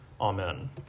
Amen